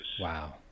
Wow